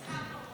מצאה כבר מקום.